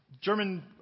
German